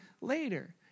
later